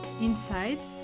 insights